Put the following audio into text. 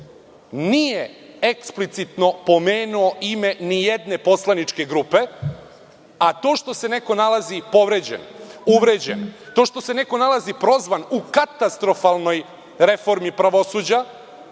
nije eksplicitno pomenuo ime nijedne poslaničke grupe, a to što se neko nalazi povređen, uvređen, to što se neko nalazi prozvan u katastrofalnoj reformi pravosuđa,